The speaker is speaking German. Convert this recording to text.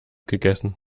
gegessen